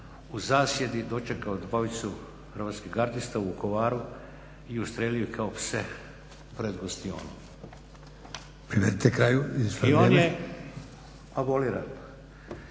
u zasjedi dočekao dvojicu hrvatskih gardista u Vukovaru i ustrijelio ih kao pse pred gostionom. **Leko, Josip